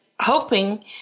hoping